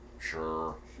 Sure